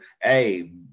Hey